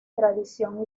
tradición